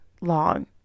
long